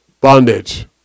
bondage